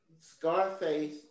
Scarface